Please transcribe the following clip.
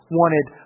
wanted